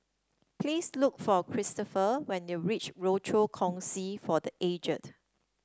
please look for Christopher when you reach Rochor Kongsi for The Aged